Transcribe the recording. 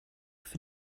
für